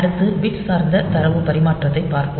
அடுத்து பிட் சார்ந்த தரவு பரிமாற்றத்தைப் பார்ப்போம்